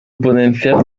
potencial